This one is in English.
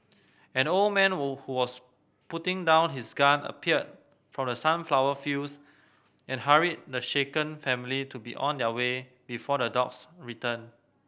an old man who was putting down his gun appeared from the sunflower fields and hurried the shaken family to be on their way before the dogs return